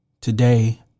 Today